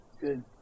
Good